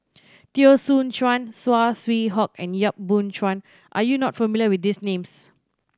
Teo Soon Chuan Saw Swee Hock and Yap Boon Chuan are you not familiar with these names